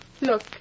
Look